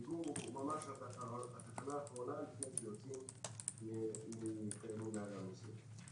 הדיגום הוא התחנה האחרונה לפני שיוצאים ממתחמי נמל הנוסעים.